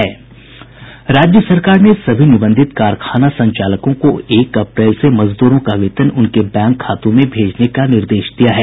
राज्य सरकार ने सभी निबंधित कारखाना संचालकों को एक अप्रैल से मजदूरों का वेतन उनके बैंक खातों में भेजने का निर्देश दिया है